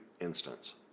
instance